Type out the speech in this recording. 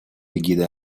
эгидой